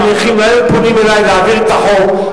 נכים לא היתה פונה אלי להעביר את החוק,